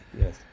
Yes